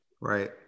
Right